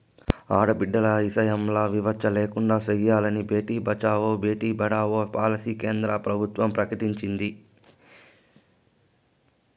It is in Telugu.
ఆడబిడ్డల ఇసయంల వివచ్చ లేకుండా సెయ్యాలని బేటి బచావో, బేటీ పడావో పాలసీని కేంద్ర ప్రభుత్వం ప్రకటించింది